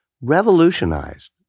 revolutionized